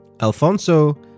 Alfonso